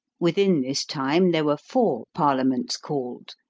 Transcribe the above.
within this time there were four parliaments called,